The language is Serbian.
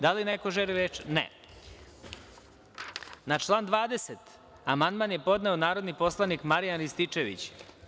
Da li neko želi reč? (Ne) Na član 20. amandman je podneo narodni poslanik Marijan Rističević.